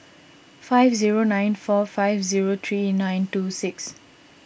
five zero nine four five zero three nine two six